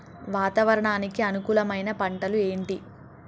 వాతావరణానికి అనుకూలమైన పంటలు ఏంటి?